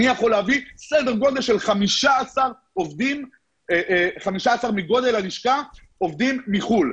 אני יכול להביא סדר גודל של 15% מגודל הלישכה עובדים מחו"ל,